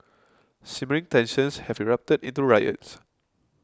simmering tensions have erupted into riots